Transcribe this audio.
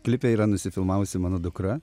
klipe yra nusifilmavusi mano dukra